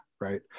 right